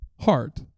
heart